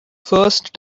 first